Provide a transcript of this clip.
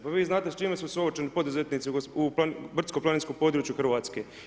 Pa vi znadete sa čime su suočeni poduzetnici u brdsko-planinskom području Hrvatske?